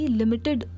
limited